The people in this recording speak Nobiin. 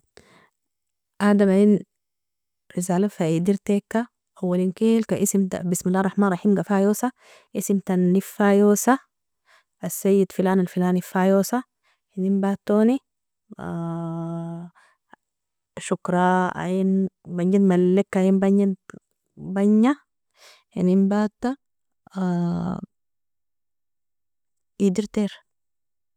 Adama in risali faidirteka awalinkilka bism allah alrahmani alrahim kafayosa, isimtani fayosa asayid felan alfelani fayosa, inenbatoni shokra ein banjid maleka ein banja inenbata idirter tir.